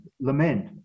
lament